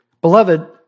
Beloved